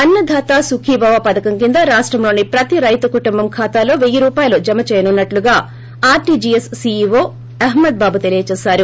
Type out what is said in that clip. అన్నదాత సుఖీభవ పథకం కింద రాష్టంలోని ప్రతి రైతు కుటుంబం ఖాతాలో వెయ్యి రూపాయలు జమ చేయనున్నట్లు ఆర్ట్జీఎస్ సీఈఓ అహ్మద్బాబు తెలిపారు